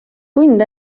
tund